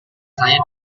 saya